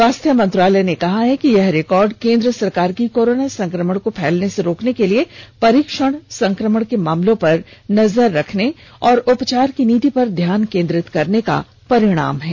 स्वास्थ्य मंत्रालय ने कहा है कि यह रिकॉर्ड केन्द्र सरकार की कोरोना संक्रमण को फैलने से रोकने के लिए परीक्षण संक्रमण के मामलों पर नजर रखने और उपचार की नीति पर ध्यान केन्द्रित करने का परिणाम है